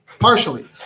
Partially